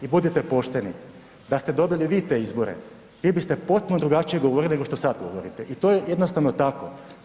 I budite pošteni da ste dobili vi te izbore vi biste potpuno drugačije govorili nego što sad govorite i to je jednostavno tako.